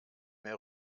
mehr